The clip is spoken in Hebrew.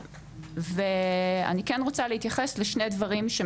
מאוד חלקית ואני כן רוצה להתייחס לשני דברים שהם